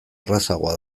errazagoa